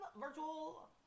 virtual